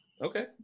okay